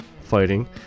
fighting